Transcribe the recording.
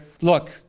Look